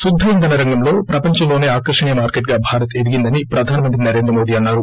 కుద్ద ఇంధన రంగంలో ప్రపంచంలోసే ఆకర్షణీయ మార్కెట్గా భారత్ ఎదిగిందని ప్రధాన మంత్రి నరేంద్ర మోదీ అన్నారు